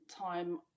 time